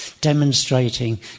demonstrating